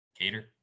Cater